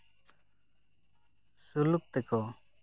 ᱥᱩᱞᱩᱠ ᱛᱮᱠᱚ